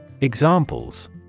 Examples